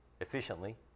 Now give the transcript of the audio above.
efficiently